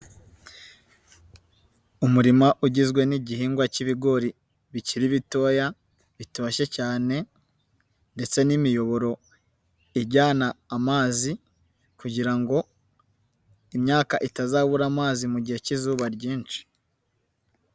Umurima ugizwe n'igihingwa k'ibigori bikiri bitoya, bitoshye cyane ndetse n'imiyoboro ijyana amazi kugira ngo imyaka itazabura amazi mu gihe k'izuba ryinshi.